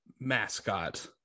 Mascot